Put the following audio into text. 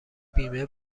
بیمه